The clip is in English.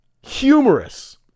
humorous